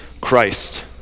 Christ